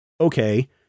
Okay